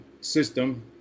system